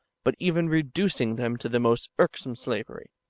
but even reducing them to the most irksome slavery,